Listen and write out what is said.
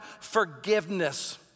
forgiveness